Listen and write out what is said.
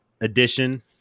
Edition